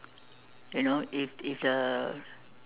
you know it it's a